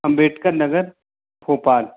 Ambedkar Nagar Bhopal